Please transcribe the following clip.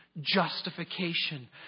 Justification